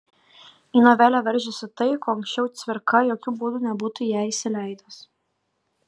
į novelę veržiasi tai ko anksčiau cvirka jokiu būdu nebūtų į ją įsileidęs